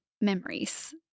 memories